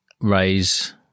raise